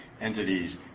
entities